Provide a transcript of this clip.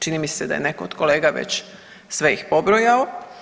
Čini mi se da je netko od kolega već sve ih pobrojao.